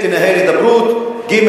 לנהל הידברות, ג.